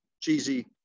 cheesy